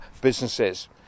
businesses